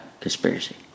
Conspiracy